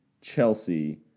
Chelsea